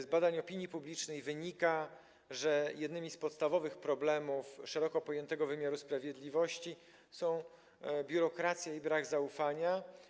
Z badań opinii publicznej wynika, że jednymi z podstawowych problemów szeroko pojętego wymiaru sprawiedliwości są biurokracja i brak zaufania.